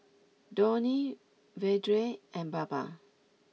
Dhoni Vedre and Baba